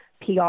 PR